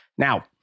Now